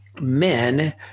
men